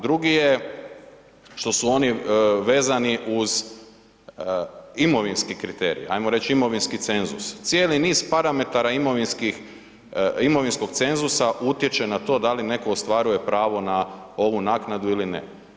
Drugi je što su oni vezani uz imovinski kriterij, ajmo reći imovinski cenzus, cijeli niz parametara imovinskog cenzusa utječe na to da li neko ostvaruje pravo na ovu naknadu ili ne.